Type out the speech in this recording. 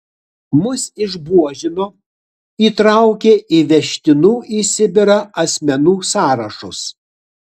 mus išbuožino įtraukė į vežtinų į sibirą asmenų sąrašus